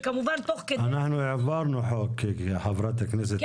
וכמובן תוך כדי --- אנחנו העברנו חוק פה בוועדה,